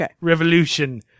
revolution